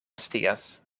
scias